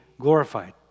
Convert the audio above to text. glorified